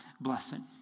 blessing